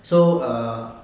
so err